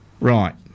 Right